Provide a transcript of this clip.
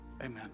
Amen